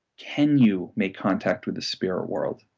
can you make contact with the spirit world?